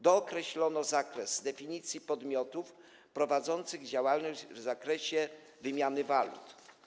Dookreślono zakres definicji podmiotów prowadzących działalność w zakresie wymiany walut.